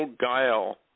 guile